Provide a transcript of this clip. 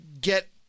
get